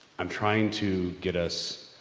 i'm trying to get us,